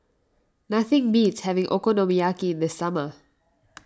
nothing beats having Okonomiyaki in the summer